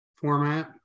format